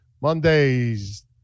Monday's